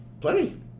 Plenty